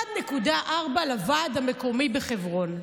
1.4 מיליון לוועד המקומי בחברון.